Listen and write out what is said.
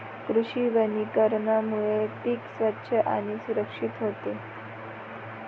कृषी वनीकरणामुळे पीक स्वच्छ आणि सुरक्षित होते